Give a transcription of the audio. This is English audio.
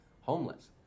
homeless